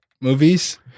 Movies